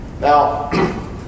Now